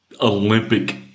Olympic